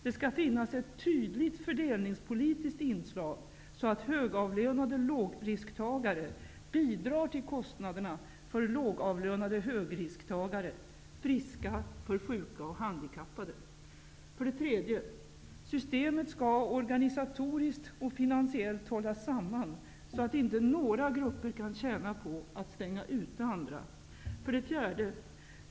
Det skall finnas ett tydligt fördelningspolitiskt in slag, så att högavlönade lågrisktagare bidrar till kostnaderna för lågavlönade högrisktagare, friska för sjuka och handikappade. 3. Systemet skall organisatoriskt och finansiellt hållas samman, så att inte några grupper kan tjäna på att stänga ute andra. 4.